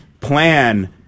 plan